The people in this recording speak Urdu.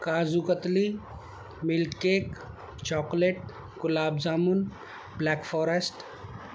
kaju katli milk cake chocolate gulab jamun black forest